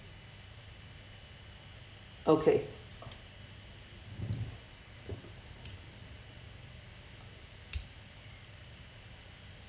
okay